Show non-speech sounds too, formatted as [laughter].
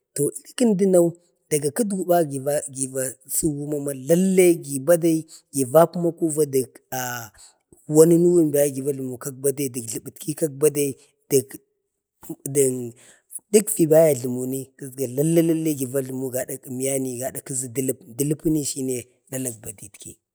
to iri kəndəno daga kədugu ba gi va sugu ma lallai gi badai. gi va pəma kuva dek [hesitation] wanunuwun giva jlumu kak bade, dək jləbətki kak bade, [hesitation] dək fi baya ajləmuni kizga lalle lalle gibaya jlumu gadak əmnyani gadakzi dələpami shine dalak badetki.